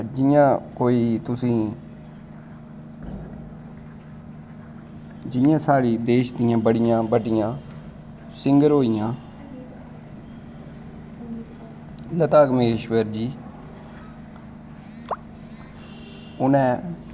ते जियां कोई तुसें जियां साढ़े देश दियां बड़ियां बड्डियां सिंगर होईयां लता मंगेशवर जी उनैं